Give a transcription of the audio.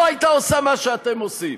לא הייתה עושה מה שאתם עושים,